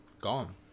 Gone